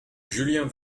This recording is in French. julien